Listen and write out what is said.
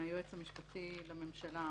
היועץ המשפטי לממשלה